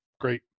Great